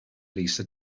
lisa